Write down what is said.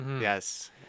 Yes